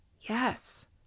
Yes